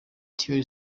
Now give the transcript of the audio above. trey